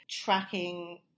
tracking